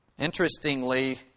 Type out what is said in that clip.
Interestingly